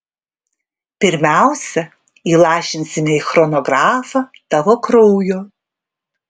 pirmiausia įlašinsime į chronografą tavo kraujo